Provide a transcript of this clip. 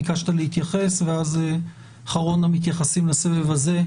ביקשת להתייחס ואז אחרון המתייחסים לסבב הזה,